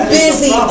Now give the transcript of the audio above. busy